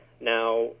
now